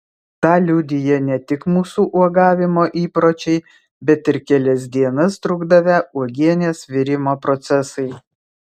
tą liudija ne tik mūsų uogavimo įpročiai bet ir kelias dienas trukdavę uogienės virimo procesai